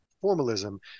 formalism